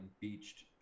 beached